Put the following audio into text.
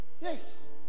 Yes